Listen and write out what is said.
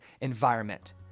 environment